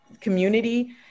community